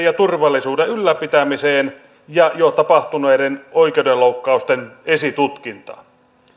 ja turvallisuuden ylläpitämiseen ja jo tapahtuneiden oikeudenloukkausten esitutkintaan